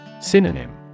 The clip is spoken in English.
Synonym